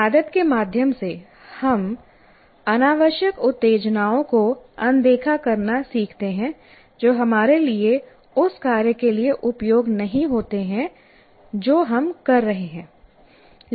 आदत के माध्यम से हम अनावश्यक उत्तेजनाओं को अनदेखा करना सीखते हैं जो हमारे लिए उस कार्य के लिए उपयोग नहीं होते हैं जो हम कर रहे हैं